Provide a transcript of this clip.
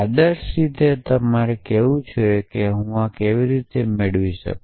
આદર્શ રીતે મારે કહેવું જોઈએ કે હું આ કેવી રીતે મેળવી શકું